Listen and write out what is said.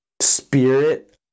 spirit